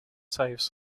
saves